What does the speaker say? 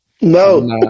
No